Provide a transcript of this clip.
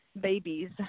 babies